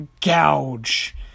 gouge